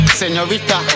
señorita